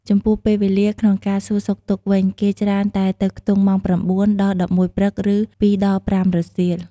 ចំពោះពេលវេលាក្នុងការសួរសុខទុក្ខវិញ គេច្រើនតែទៅខ្ទង់ម៉ោង៩ ដល់ ១១ព្រឹក ឬ ២ ដល់ ៥ រសៀល។